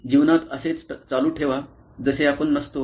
जीवनात असेच चालू ठेवा जसे आपण नसतो